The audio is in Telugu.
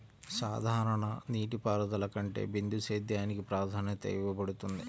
సాధారణ నీటిపారుదల కంటే బిందు సేద్యానికి ప్రాధాన్యత ఇవ్వబడుతుంది